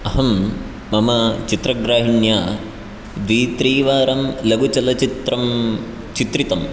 अहं मम चित्रग्राहिण्या द्वित्रवारं लघुचलच्चित्रं चित्रितम्